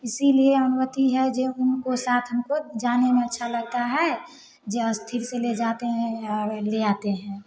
इसी लिए अनुमति है जो उनको साथ हमको जाने में अच्छा लगता है जो अस्थिर से ले जाते हैं और ले आते हैं